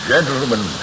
Gentlemen